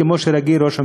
כמו שרגיל ראש הממשלה,